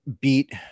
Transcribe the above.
beat